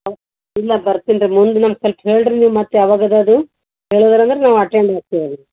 ಹಾಂ ಇಲ್ಲ ಬರ್ತಿನಿ ರೀ ಮುಂದೆ ನಮ್ಗೆ ಸ್ವಲ್ಪ ಹೇಳಿರಿ ನೀವು ಮತ್ತೆ ಯಾವಾಗದೆ ಅದು ಹೇಳದರಂದ್ರೆ ನಾವು ಅಟೆಂಡ್ ಮಾಡ್ತಿವಿ ರೀ